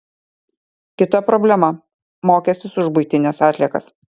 kita problema mokestis už buitines atliekas